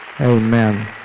Amen